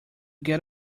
get